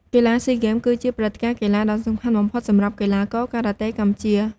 កីឡាស៊ីហ្គេមគឺជាព្រឹត្តិការណ៍កីឡាដ៏សំខាន់បំផុតសម្រាប់កីឡាករការ៉ាតេកម្ពុជា។